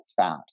fat